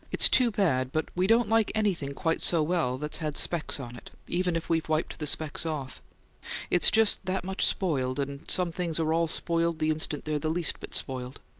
it's too bad, but we don't like anything quite so well that's had specks on it, even if we've wiped the specks off it's just that much spoiled, and some things are all spoiled the instant they're the least bit spoiled.